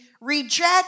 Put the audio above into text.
reject